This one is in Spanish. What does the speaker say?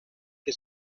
que